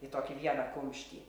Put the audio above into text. į tokį vieną kumštį